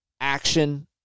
action